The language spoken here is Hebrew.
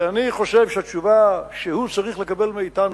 ואני חושב שהתשובה שהוא צריך לקבל מאתנו,